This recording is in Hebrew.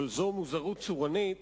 אבל זו מוזרות צורנית